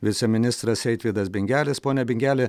viceministras eitvydas bingelis pone bingeli